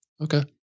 Okay